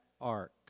ark